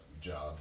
job